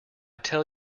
tell